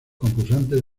concursantes